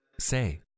say